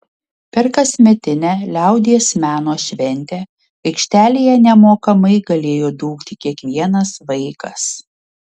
per kasmetinę liaudies meno šventę aikštelėje nemokamai galėjo dūkti kiekvienas vaikas